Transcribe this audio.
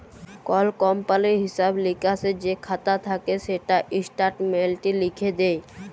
call কমপালির হিঁসাব লিকাসের যে খাতা থ্যাকে সেটা ইস্ট্যাটমেল্টে লিখ্যে দেয়